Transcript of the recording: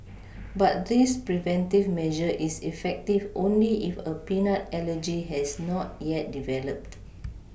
but this preventive measure is effective only if a peanut allergy has not yet developed